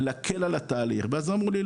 להקל על התהליך ואז אמרו לי,